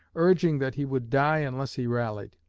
urging that he would die unless he rallied.